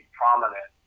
prominent